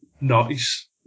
nice